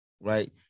right